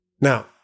Now